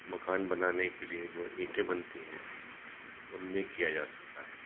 मकान बनाने के लिए जो ईंटें बनती हैं उनमें किया जा सकता है